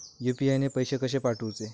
UPI ने पैशे कशे पाठवूचे?